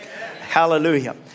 Hallelujah